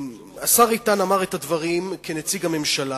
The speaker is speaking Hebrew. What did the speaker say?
השר איתן אמר את הדברים כנציג הממשלה.